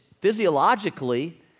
physiologically